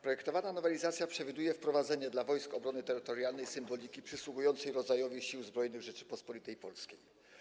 Projektowana nowelizacja przewiduje wprowadzenie w przypadku Wojsk Obrony Terytorialnej symboliki przysługującej rodzajowi Sił Zbrojnych Rzeczypospolitej Polskiej.